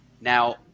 Now